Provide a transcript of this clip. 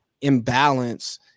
imbalance